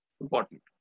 important